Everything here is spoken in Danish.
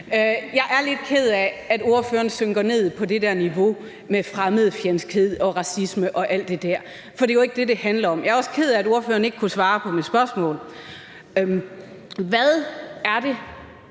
Jeg er lidt ked af, at ordføreren synker ned på det der niveau med fremmedfjendskhed og racisme og alt det der, for det er jo ikke det, det handler om. Jeg er også ked af, at ordføreren ikke kunne svare på mit spørgsmål: Hvad er det